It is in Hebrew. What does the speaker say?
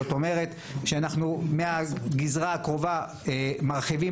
זאת אומרת שאנחנו מהגזרה הקרובה מרחיבים